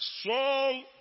Strong